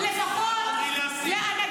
תלמד לפחות, להסית, זה מה שאת עושה עכשיו.